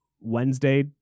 wednesday